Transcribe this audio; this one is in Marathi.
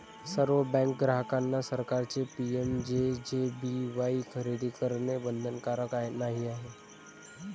सर्व बँक ग्राहकांना सरकारचे पी.एम.जे.जे.बी.वाई खरेदी करणे बंधनकारक नाही आहे